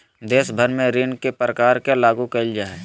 देश भर में ऋण के प्रकार के लागू क़इल जा हइ